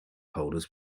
holders